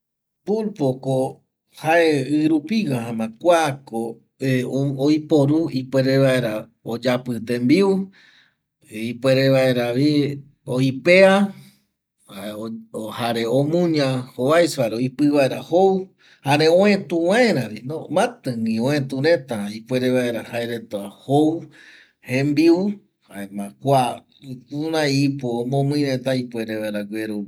Pulpoko jae Ɨrupigua jaema kuako ou oiporu ipuere vaera oyapƗ tembiu, ipuere vaeravi oipea jare omuña jovaiso jare oipƚ vaera jou jare oetu vaeravi matƚgui oëtu reta ipuere vaera jae reta jou jembiu jembiu jaema jukurai ipo omomƚi reta ipuer vaera gueru mbae jou